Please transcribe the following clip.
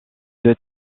deux